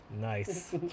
Nice